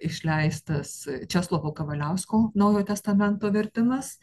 išleistas česlovo kavaliausko naujojo testamento vertimas